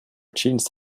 jeans